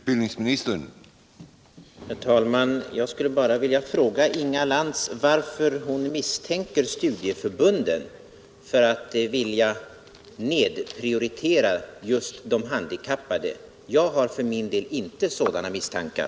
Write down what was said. Herr talman! Jag skulle bara vilja fråga Inga Lantz varför hon misstänker studieförbunden för att vilja nedprioritera just de handikappade. Jag har för min del inga sådana misstankar.